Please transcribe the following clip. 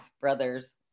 brothers